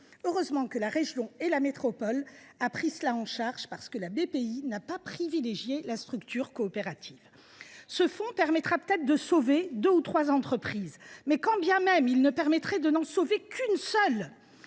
Heureusement que la région et la métropole ont pris cela en charge, parce que Bpifrance n’a pas privilégié la structure coopérative ! Ce fonds permettra peut être de sauver deux ou trois entreprises. Mais quand bien même il ne permettrait de n’en sauver qu’une seule,